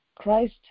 Christ